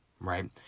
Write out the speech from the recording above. right